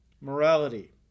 Morality